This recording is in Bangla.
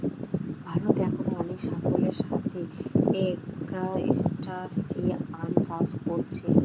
ভারত এখন অনেক সাফল্যের সাথে ক্রস্টাসিআন চাষ কোরছে